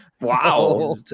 Wow